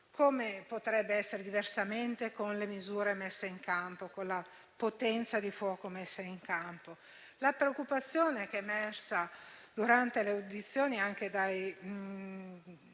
Come potrebbe essere diversamente con le misure e la potenza di fuoco messe in campo? La preoccupazione emersa durante le audizioni anche dagli